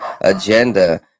agenda